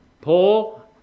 Paul